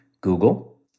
Google